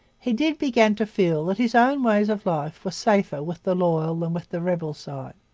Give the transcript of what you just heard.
he did begin to feel that his own ways of life were safer with the loyal than with the rebel side.